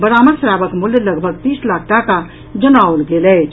बरामद शराबक मूल्य लगभग तीस लाख टाका जनाओल गेल अछि